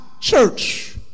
church